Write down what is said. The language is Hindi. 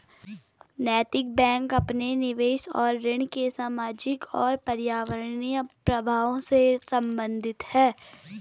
नैतिक बैंक अपने निवेश और ऋण के सामाजिक और पर्यावरणीय प्रभावों से संबंधित है